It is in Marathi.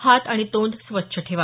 हात आणि तोंड स्वच्छ ठेवा